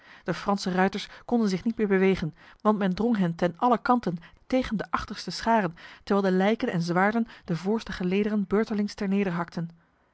de franse ruiters konden zich niet meer bewegen want men drong hen ten allen kanten tegen de achterste scharen terwijl de lijken en zwaarden de voorste gelederen beurtelings